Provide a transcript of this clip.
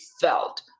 felt